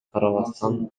карабастан